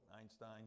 Einstein